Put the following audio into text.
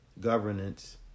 governance